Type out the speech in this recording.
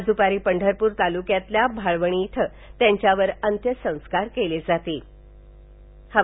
आज दुपारी पंढरपूर तालुक्यातील भाळवणी इथं त्यांच्यावर अंत्यसंस्कार केले जाणार बाहेत